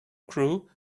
crew